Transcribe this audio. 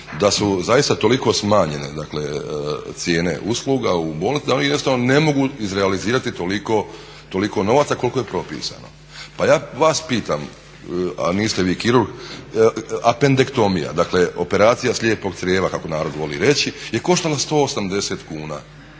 da su zaista toliko smanjene dakle cijene usluga u bolnicama da oni jednostavno ne mogu izrealizirati toliko novaca koliko je propisano. Pa ja vas pitam a niste vi kirurg apendektomija, dakle operacija slijepog crijeva kako narod voli reći, je koštala 180 kuna,